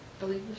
believers